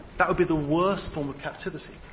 that would be the worst form of captivity.